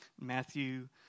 Matthew